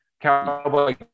cowboy